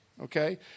Okay